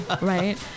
right